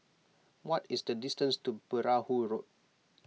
what is the distance to Perahu Road